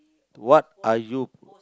what are you